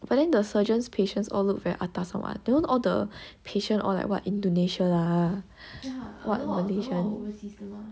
but then the surgeons' patients all look very atas or what you know all the patient or like what indonesian ah what malaysian